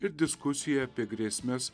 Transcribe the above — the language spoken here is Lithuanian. ir diskusijai apie grėsmes